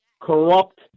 corrupt